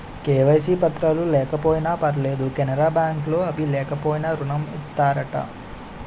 KYC పత్రాలు లేకపోయినా పర్లేదు కెనరా బ్యాంక్ లో అవి లేకపోయినా ఋణం ఇత్తారట